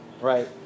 Right